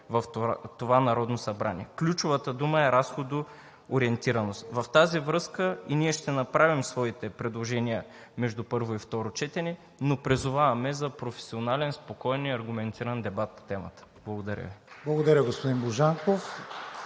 в това Народно събрание. Ключовата дума е „разходоориентираност“. В тази връзка ние ще направим своите предложения между първо и второ четене, но призоваваме за професионален, спокоен и аргументиран дебат по темата. Благодаря Ви. (Ръкопляскания